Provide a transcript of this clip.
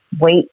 wait